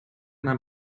nahm